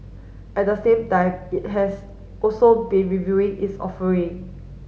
at the same time it has also been reviewing its offering